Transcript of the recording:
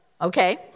Okay